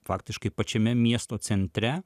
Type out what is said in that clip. faktiškai pačiame miesto centre